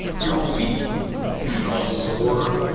you're all beaten, you're all sore,